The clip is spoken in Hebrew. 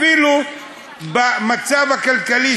אפילו במצב הכלכלי,